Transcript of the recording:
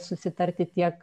susitarti tiek